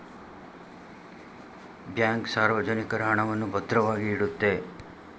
bank ಸಾರ್ವಜನಿಕರ ಹಣವನ್ನು ಭದ್ರವಾಗಿ ಇಡುತ್ತೆ